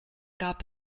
gab